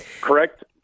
correct